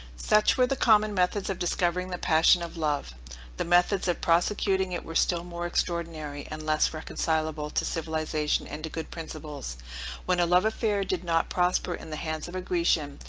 such were the common methods of discovering the passion of love the methods of prosecuting it were still more extraordinary, and less reconcilable to civilization and to good principles when a love affair did not prosper in the hands of a grecian,